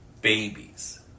babies